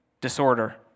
disorder